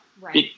Right